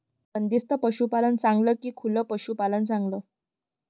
बंदिस्त पशूपालन चांगलं का खुलं पशूपालन चांगलं?